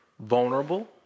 vulnerable